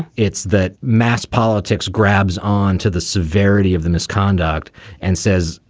it's that mass politics grabs on to the severity of the misconduct and says,